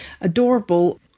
adorable